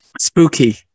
spooky